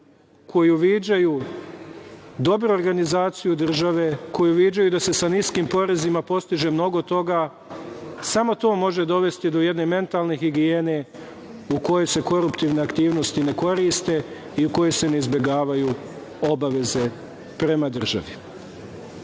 koji uviđaju dobru organizaciju države, koji uviđaju da se sa niskim porezima postiže mnogo toga, samo to može dovesti do jedne mentalne higijene u kojoj se koruptivne aktivnosti ne koriste i u kojoj se ne izbegavaju obaveze prema državi.